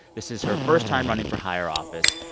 this is her first time running for higher office.